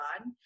on